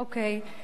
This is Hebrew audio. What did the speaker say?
אוקיי.